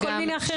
או כל מיני אחרים.